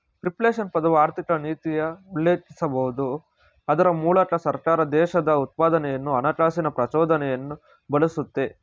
reflation ಪದವು ಆರ್ಥಿಕನೀತಿಯ ಉಲ್ಲೇಖಿಸಬಹುದು ಅದ್ರ ಮೂಲಕ ಸರ್ಕಾರ ದೇಶದ ಉತ್ಪಾದನೆಯನ್ನು ಹಣಕಾಸಿನ ಪ್ರಚೋದನೆಯನ್ನು ಬಳಸುತ್ತೆ